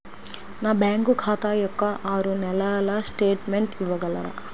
నా బ్యాంకు ఖాతా యొక్క ఆరు నెలల స్టేట్మెంట్ ఇవ్వగలరా?